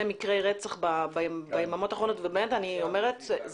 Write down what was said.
מקרי רצח ביממות האחרונות ואני מזועזעת.